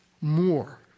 more